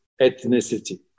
ethnicity